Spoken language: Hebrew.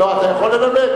לא, אתה יכול לנמק?